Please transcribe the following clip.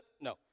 no